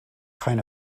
kind